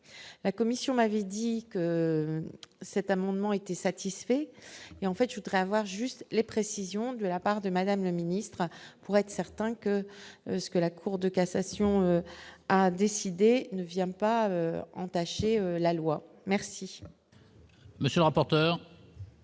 la commission n'avait dit que cet amendement était satisfait, et en fait je voudrais avoir juste les précisions de la part de Madame la ministre, pour être certain que ce que la Cour de cassation a décidé ne vient pas entacher la loi merci. Monsieur le rapporteur.